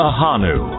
Ahanu